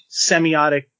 semiotic